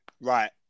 Right